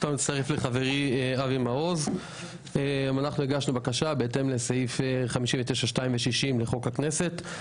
אני מצטרף לחברי אבי מעוז - הגשנו בקשה בהתאם לסעיף 59(2) לחוק הכנסת.